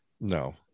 no